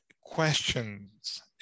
questions